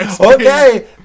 Okay